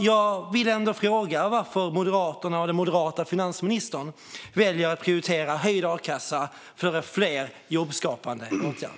Jag vill fråga varför Moderaterna och den moderata finansministern väljer att prioritera höjd a-kassa före fler jobbskapande åtgärder.